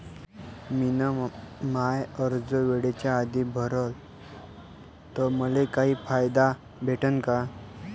मिन माय कर्ज वेळेच्या आधी भरल तर मले काही फायदा भेटन का?